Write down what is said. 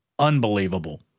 Unbelievable